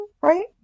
right